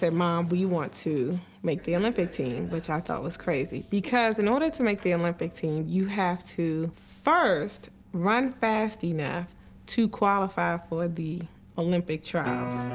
and mom, we want to make the olympic team. which i thought was crazy. because in order to make the olympic team, you have to first run fast enough to qualify for the olympic trials.